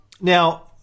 Now